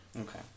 Okay